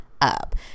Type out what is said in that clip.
up